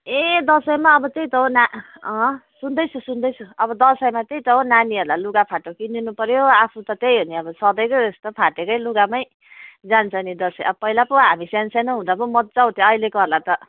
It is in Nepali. ए दसैँमा अब त्यही त हो ना सुन्दैछु सुन्दैछु अब दसैँमा त्यही त हो नानीहरूलाई लुगाफाटा किनिदिनु पऱ्यो आफू त त्यही हो नि अब सधैँको जस्तो फाटेकै लुगामै जान्छ नि दसैँ अब पहिला पो हामी सानसानो हुदाँ पो मज्जा आउँथ्यो अहिलेकोहरूलाई त